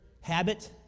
habit